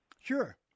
Sure